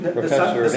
Professor